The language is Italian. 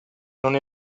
non